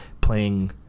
playing